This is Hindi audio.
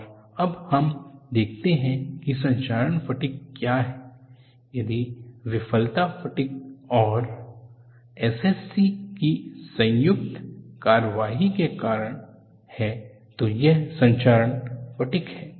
और अब हम देखते हैं कि संक्षारण फटिग क्या है यदि विफलता फटिग और SCC की संयुक्त कार्रवाई के कारण है तो यह संक्षारण फटिग है